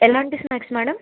ఎలాంటి snacks madam